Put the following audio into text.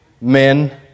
men